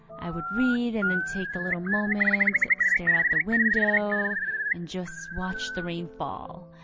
i would read and then take a little moment, stare out the window and just watch the rain fall.